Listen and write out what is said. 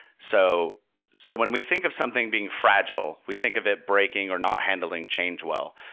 so so when we think of something being fragile, we think of it breaking or not handling change well.